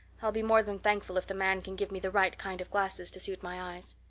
i'll be more than thankful if the man can give me the right kind of glasses to suit my eyes.